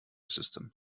system